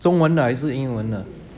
中文的还是英文的